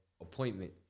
appointment